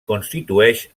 constitueix